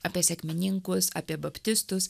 apie sekmininkus apie baptistus